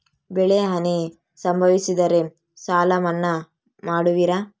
ಬೆಳೆಹಾನಿ ಸಂಭವಿಸಿದರೆ ಸಾಲ ಮನ್ನಾ ಮಾಡುವಿರ?